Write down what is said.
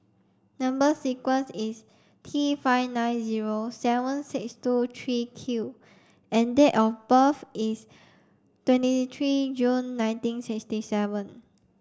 number sequence is T five nine zero seven six two three Q and date of birth is twenty three June nineteen sixty seven